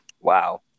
Wow